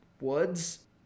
Woods